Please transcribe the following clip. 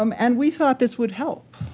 um and we thought this would help.